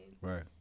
right